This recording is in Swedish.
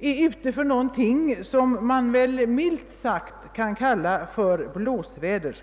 är ute i någonting som milt sagt kan kallas blåsväder.